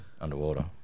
Underwater